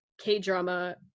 K-drama